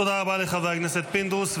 תודה רבה לחבר הכנסת פינדרוס.